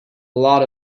lot